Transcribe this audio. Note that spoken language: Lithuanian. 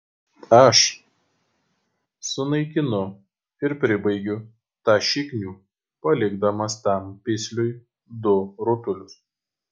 aš sunaikinu ir pribaigiu tą šiknių palikdamas tam pisliui du rutulius